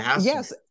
yes